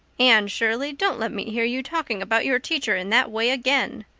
anne shirley, don't let me hear you talking about your teacher in that way again,